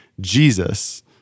Jesus